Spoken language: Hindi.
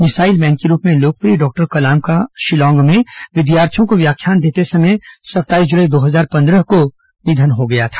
मिसाइल मैन के रूप में लोकप्रिय डॉक्टर कलाम का शिलांग में विद्यार्थियों को व्याख्यान देते समय सत्ताईस जुलाई दो हजार पंद्रह को निधन हो गया था